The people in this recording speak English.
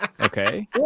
okay